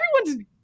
everyone's